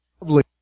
lovely